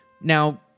Now